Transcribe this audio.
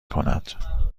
کند